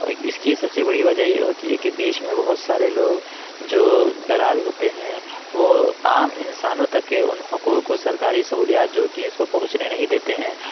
اس کی سب سے بڑی وجہ یہ ہوتی ہے کہ بیچ میں بہت سارے لوگ جو دلال ہوتے ہیں وہ عام انسانوں تک ان حقوق کو سرکاری سہولیات جو ہوتی ہیں اس کو پہنچنے نہیں دیتے ہیں